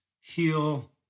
heal